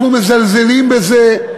אנחנו מזלזלים בזה.